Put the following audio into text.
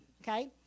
okay